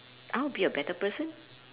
I'll be a better person